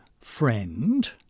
friend